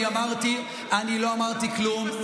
אני לא אמרתי כלום.